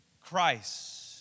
Christ